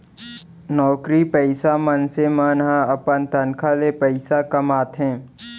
नउकरी पइसा मनसे मन ह अपन तनखा ले पइसा कमाथे